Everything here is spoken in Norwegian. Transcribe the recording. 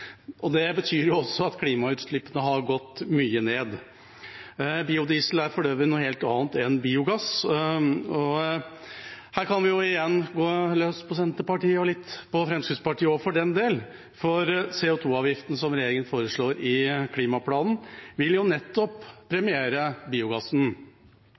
og det betyr jo også at klimagassutslippene har gått mye ned. Biodiesel er for øvrig noe helt annet enn biogass. Her kan vi jo igjen gå løs på Senterpartiet – og litt på Fremskrittspartiet også, for den del – for CO 2 -avgiften, som regjeringen foreslår i klimaplanen, vil jo nettopp premiere biogassen,